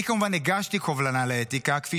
אני כמובן הגשתי קובלנה לאתיקה כפי